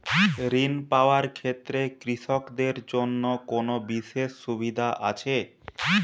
ঋণ পাওয়ার ক্ষেত্রে কৃষকদের জন্য কোনো বিশেষ সুবিধা আছে?